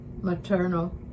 maternal